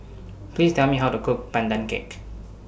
Please Tell Me How to Cook Pandan Cake